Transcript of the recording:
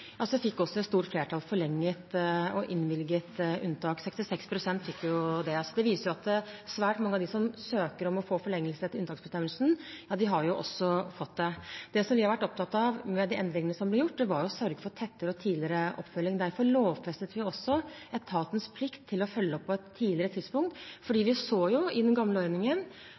et stort flertall innvilget forlenget unntak. 66 pst. fikk det. Det viser at svært mange av dem som søker om å få forlengelse etter unntaksbestemmelsen, har fått det. Det vi har vært opptatt av i de endringene som er blitt gjort, har vært å sørge for tettere og tidligere oppfølging. Derfor lovfestet vi etatens plikt til å følge opp på et tidligere tidspunkt – fordi vi så i den gamle ordningen